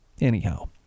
Anyhow